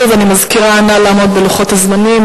שוב, אני מזכירה, נא לעמוד בלוחות הזמנים.